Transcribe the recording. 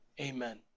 amen